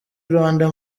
rwanda